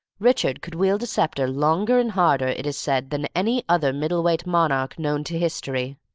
richard could wield a sceptre longer and harder, it is said, than any other middle-weight monarch known to history.